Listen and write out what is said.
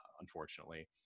unfortunately